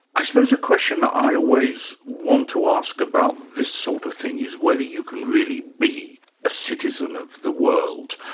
i suppose a question i always want to ask about this sort of thing is whether you can really be a citizen of the world.